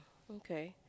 okay